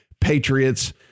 Patriots